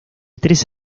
tres